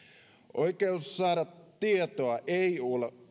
oikeus saada tietoa ei